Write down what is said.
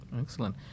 Excellent